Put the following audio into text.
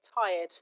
tired